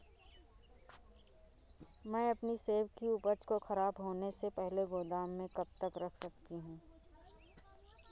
मैं अपनी सेब की उपज को ख़राब होने से पहले गोदाम में कब तक रख सकती हूँ?